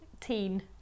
teen